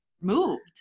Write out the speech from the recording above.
moved